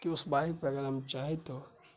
کہ اس بائیک پہ اگر ہم چاہیں تو